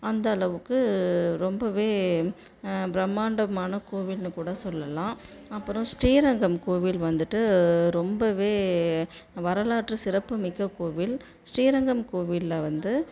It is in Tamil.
அந்த அளவுக்கு ரொம்பவே பிரம்மாண்டமான கோவில்னு கூட சொல்லலாம் அப்புறம் ஸ்ரீரங்கம் கோவில் வந்துவிட்டு ரொம்பவே வரலாற்று சிறப்புமிக்க கோவில் ஸ்ரீரங்கம் கோவிலில் வந்து